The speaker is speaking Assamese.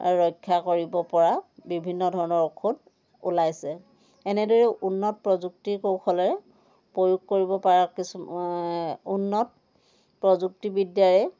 ৰক্ষা কৰিব পৰা বিভিন্ন ধৰণৰ ঔষধ ওলাইছে এনেদৰেই উন্নত প্ৰযুক্তিৰ কৌশলেৰে প্ৰয়োগ কৰিব পৰা কিছুমান উন্নত প্ৰযুক্তিবিদ্যাৰে